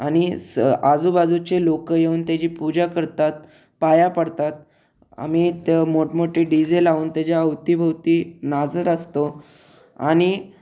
आणि स आजूबाजूचे लोक येऊन त्याची पूजा करतात पाया पडतात आम्ही इथं मोठमोठे डी जे लावून त्याच्या अवतीभोवती नाचत असतो आणि